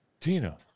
Tina